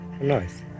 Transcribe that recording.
Nice